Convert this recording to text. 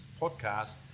podcast